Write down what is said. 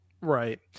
Right